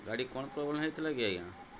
ଗାଡ଼ି କ'ଣ ପ୍ରୋବ୍ଲେମ୍ ହେଇଥିଲା କି ଆଜ୍ଞା